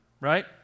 right